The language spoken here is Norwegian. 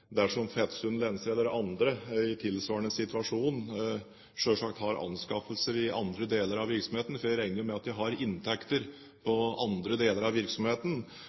dersom Fetsund Lenser eller andre i tilsvarende situasjon har anskaffelser i andre deler av virksomheten – for jeg regner med at de har inntekter av andre deler av virksomheten